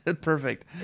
Perfect